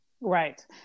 right